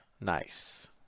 nice